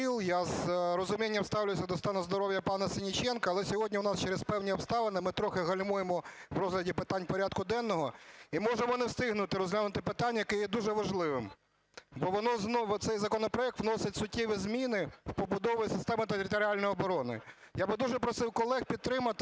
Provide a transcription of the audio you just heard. я з розумінням ставлюся до стану здоров'я пана Сенниченка, але сьогодні у нас через певні обставини ми трохи гальмуємо в розгляді питань порядку денного і можемо не встигнути розглянути питання, яке є дуже важливим, бо воно знову, цей законопроект, вносить суттєві зміни в побудову системи територіальної оборони. Я би дуже просив колег підтримати